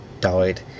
died